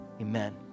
amen